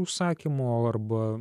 užsakymo arba